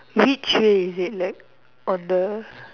which way is it like on the